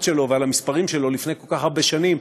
שלו ועל המספרים שלו לפני כל כך הרבה שנים,